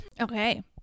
Okay